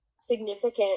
significant